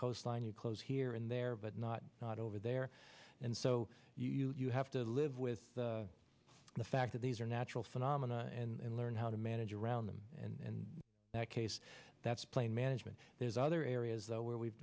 coastline you close here and there but not not over there and so you have to live with the fact that these are natural phenomena and learn how to manage around them and that case that's plain management there's other areas though where we've